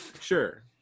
Sure